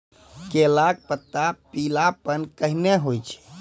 केला के पत्ता पीलापन कहना हो छै?